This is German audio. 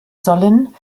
sollen